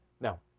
Now